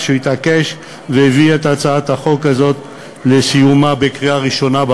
שהוא התעקש והביא את הצעת החוק הזאת לסיומה בוועדה.